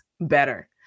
better